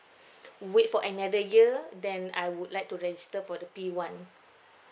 wait for another year then I would like to register for the P one